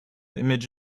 image